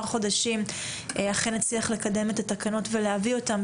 חדשים הצליח לקדם את התקנות ולהביא אותן.